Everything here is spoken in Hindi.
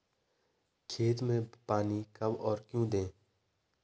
खेत में पानी कब और क्यों दें?